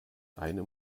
einem